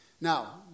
Now